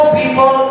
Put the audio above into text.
people